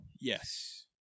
Yes